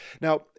Now